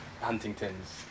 Huntington's